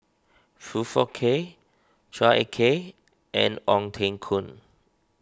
Foong Fook Kay Chua Ek Kay and Ong Teng Koon